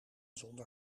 zonder